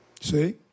See